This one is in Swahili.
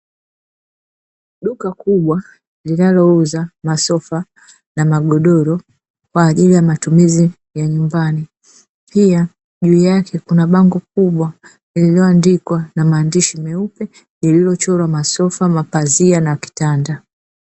Duka kubwa linalouza sofa na magodoro kwa ajili ya matumizi ya nyumbani, pia juu yake kuna bango kubwa lililo andikwa na maandishi meupe yaliyochorwa masofa, mapazia na kitanda.